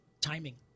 Timing